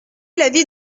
l’avis